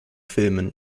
filmen